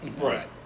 Right